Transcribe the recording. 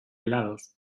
helados